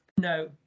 no